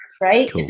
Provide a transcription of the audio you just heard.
right